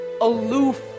aloof